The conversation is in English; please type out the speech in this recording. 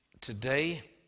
Today